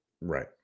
right